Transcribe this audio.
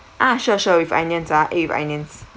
ah sure sure with onions ah it with onions